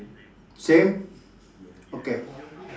same okay